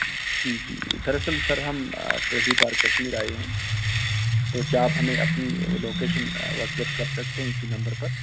جی جی در اصل سر ہم پہلی بار کشمیر آئے ہیں تو کیا آپ ہمیں اپنی لوکیشن واٹس ایپ کر سکتے ہیں اسی نمبر پر